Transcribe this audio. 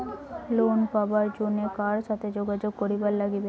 Loan পাবার জন্যে কার সাথে যোগাযোগ করিবার লাগবে?